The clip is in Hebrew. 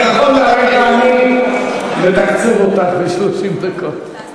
נכון להרגע אני מתקצב אותך ב-30 דקות.